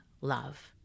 love